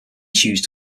choose